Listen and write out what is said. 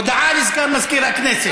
הודעה לסגן מזכיר הכנסת.